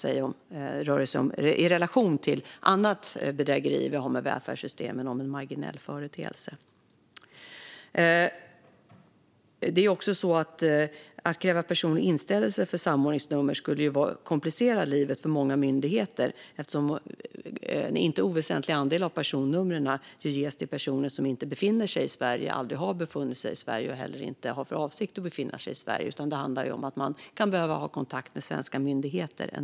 I relation till andra bedrägerier när det gäller välfärdssystemen kan det alltså inte röra sig om annat än en marginell företeelse. Att kräva personlig inställelse för att få samordningsnummer skulle göra det komplicerat för många myndigheter, eftersom en inte oväsentlig andel av samordningsnumren ges till personer som inte befinner sig i Sverige, som aldrig har befunnit sig i Sverige och som inte heller har för avsikt att befinna sig i Sverige. Man kan ändå behöva ha kontakt med svenska myndigheter.